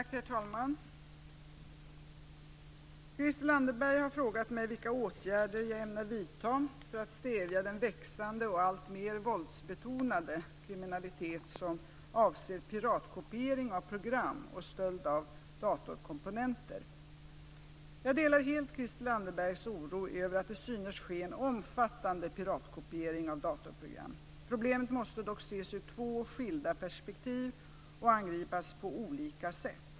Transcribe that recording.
Herr talman! Christel Anderberg har frågat mig vilka åtgärder jag ämnar vidta för att stävja den växande och alltmer våldsbetonade kriminalitet som avser piratkopiering av program och stöld av datorkomponenter. Jag delar helt Christel Anderbergs oro över att det synes ske en omfattande piratkopiering av datorprogram. Problemet måste dock ses ur två skilda perspektiv och angripas på olika sätt.